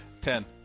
Ten